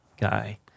guy